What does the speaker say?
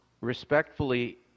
Respectfully